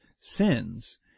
sins